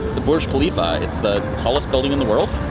the burj khalifa. it's the tallest building in the world.